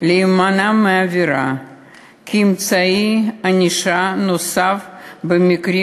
להימנע מעבירה כאמצעי ענישה נוסף במקרים